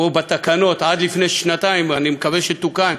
או בתקנות עד לפני שנתיים, אני מקווה שתוקן,